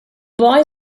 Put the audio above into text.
boy